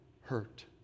hurt